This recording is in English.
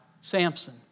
Samson